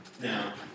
Now